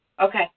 Okay